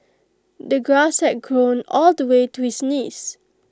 the grass had grown all the way to his knees